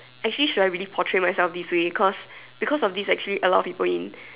actually should I really portrait myself this way cause because of this actually a lot of people in